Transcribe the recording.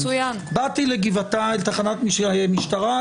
באתי לתחנת המשטרה,